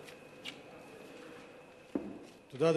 תודה,